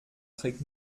trägt